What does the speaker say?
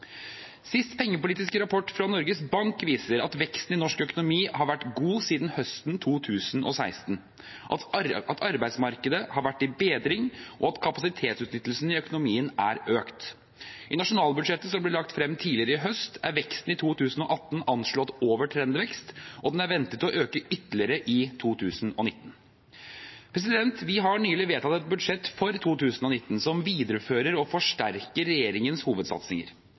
rapport fra Norges Bank viser at veksten i norsk økonomi har vært god siden høsten 2016, at arbeidsmarkedet har vært i bedring, og at kapasitetsutnyttelsen i økonomien er økt. I nasjonalbudsjettet som ble lagt frem tidligere i høst, er veksten i 2018 anslått over trendvekst, og den er ventet å øke ytterligere i 2019. Vi har nylig vedtatt et budsjett for 2019 som viderefører og forsterker regjeringens hovedsatsinger.